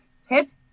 tips